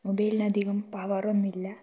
മൊബൈലിന് അധികം പവറൊന്നുമില്ല